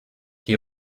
die